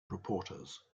reporters